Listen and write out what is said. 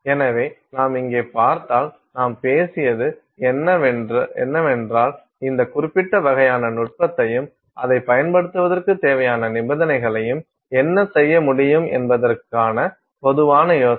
எனவே நாம் இங்கே பார்த்தால் நாம் பேசியது என்னவென்றால் இந்த குறிப்பிட்ட வகையான நுட்பத்தையும் அதைப் பயன்படுத்துவதற்குத் தேவையான நிபந்தனைகளையும் என்ன செய்ய முடியும் என்பதற்கான பொதுவான யோசனை